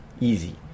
Easy